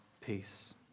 peace